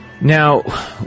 Now